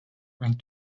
went